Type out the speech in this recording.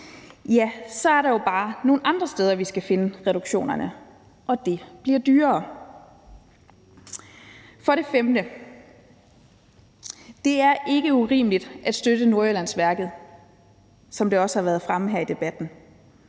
ja, så er der jo bare nogle andre steder, vi skal finde reduktionerne, og det bliver dyrere. Kl. 14:21 For det femte: Det er ikke urimeligt at støtte Nordjyllandsværket, som det også har været fremme her i debatten.